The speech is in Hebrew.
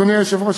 אדוני היושב-ראש,